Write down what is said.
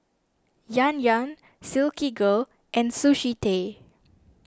Yan Yan Silkygirl and Sushi Tei